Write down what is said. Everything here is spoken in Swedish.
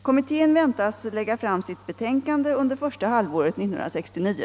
Kommittén väntas lägga fram sitt betänkande under första halvåret 1969.